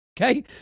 Okay